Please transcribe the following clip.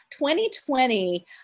2020